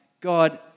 God